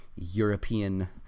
European